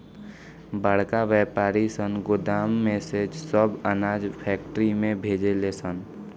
बड़का वायपारी सन गोदाम में से सब अनाज फैक्ट्री में भेजे ले सन